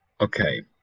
Okay